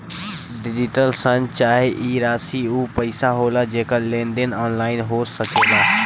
digital शन चाहे ई राशी ऊ पइसा होला जेकर लेन देन ऑनलाइन हो सकेला